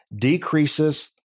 decreases